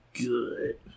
good